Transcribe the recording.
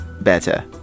better